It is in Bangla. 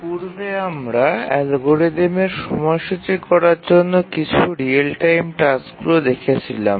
পূর্বে অ্যালগরিদমের সময়সূচী করার জন্য আমরা কিছু রিয়েল টাইম টাস্ক দেখছিলাম